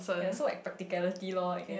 ya so like practicality lor I guess